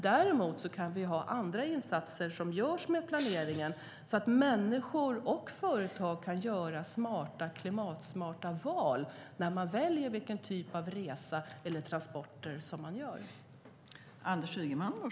Däremot kan vi göra andra insatser i planeringen så att människor och företag kan göra klimatsmarta val när de gör sina resor eller transporter.